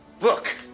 Look